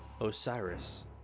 Osiris